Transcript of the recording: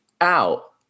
out